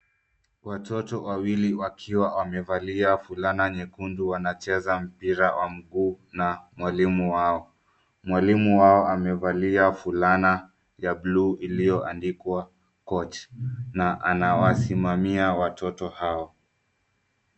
Watoto wawili wakiwa wamevalia fulana nyekundu wanacheza mpira wa mguu na mwalimu wao. Mwalimu wao amevalia fulana ya blue iliyoandikwa coach na anawasimamia watoto hao.